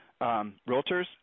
realtors